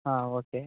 ಹಾಂ ಓಕೆ